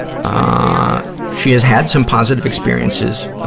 ah she has had some positive experiences, ah,